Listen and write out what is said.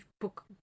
book